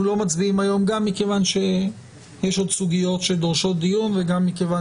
אנחנו לא מצביעים היום גם מכיוון שיש עוד סוגיות שדורשות דיון וגם מכיוון